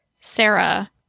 Sarah